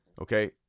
Okay